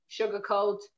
sugarcoat